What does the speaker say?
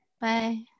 Bye